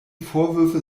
vorwürfe